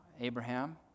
Abraham